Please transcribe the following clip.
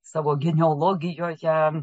savo genealogijoje